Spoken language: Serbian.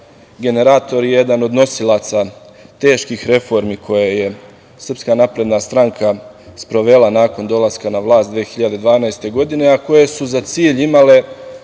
generator i jedan od nosilaca teških reformi koje je SNS sprovela nakon dolaska na vlast 2012. godine, a koje suza cilj imale